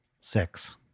six